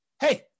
hey